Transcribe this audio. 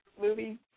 movie